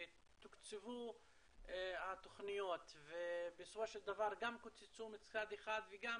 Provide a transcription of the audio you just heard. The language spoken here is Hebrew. ותוקצבו התוכניות ובסופו של דבר גם קוצצו מצד אחד וגם